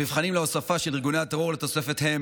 המבחנים להוספה של ארגוני הטרור לתוספת הם